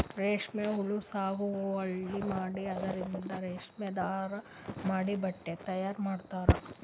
ರೇಶ್ಮಿ ಹುಳಾ ಸಾಗುವಳಿ ಮಾಡಿ ಅದರಿಂದ್ ರೇಶ್ಮಿ ದಾರಾ ಮಾಡಿ ಬಟ್ಟಿ ತಯಾರ್ ಮಾಡ್ತರ್